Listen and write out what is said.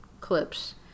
clips